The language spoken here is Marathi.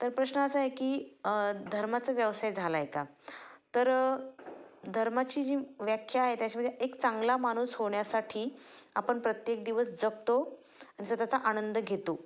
तर प्रश्न असा आहे की धर्माचा व्यवसाय झाला आहे का तर धर्माची जी व्याख्या आहे त्याच्यामध्ये एक चांगला माणूस होण्यासाठी आपण प्रत्येक दिवस जपतो आणि स्वतःचा आनंद घेतो